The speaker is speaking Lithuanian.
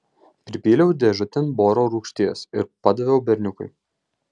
pripyliau dėžutėn boro rūgšties ir padaviau berniukui